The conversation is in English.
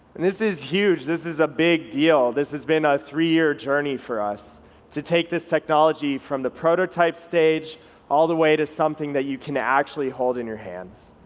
and this is huge. this says a big deal. this has been a three year journey for us to take this technology from the prototype stage all the way to something that you can actually hold in your hands,